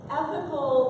ethical